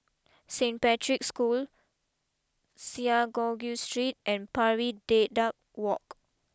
Saint Patrick School Synagogue Street and Pari Dedap walk